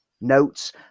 notes